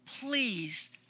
Please